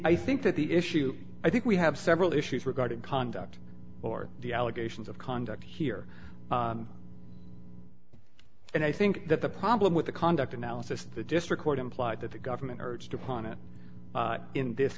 i think that the issue i think we have several issues regarding conduct or the allegations of conduct here and i think that the problem with the conduct analysis the district court implied that the government urged upon it in this